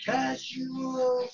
Casual